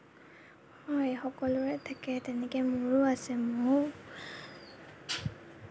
হয় সকলোৰে থাকে তেনেকৈ মোৰো আছে মোৰো